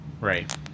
Right